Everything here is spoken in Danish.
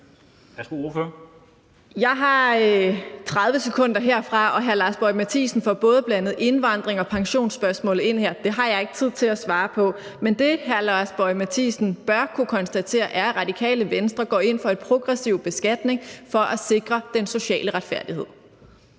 Jeg har 30 sekunder herfra, og hr. Lars Boje Mathiesen får både blandet indvandring og pensionsspørgsmålet ind her; det har jeg ikke tid til at svare på. Men det, hr. Lars Boje Mathiesen bør kunne konstatere, er, at Radikale Venstre går ind for en progressiv beskatning for at sikre den sociale retfærdighed.